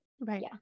Right